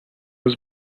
was